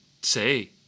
say